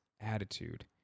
attitude